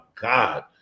god